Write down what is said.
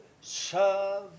serve